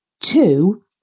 two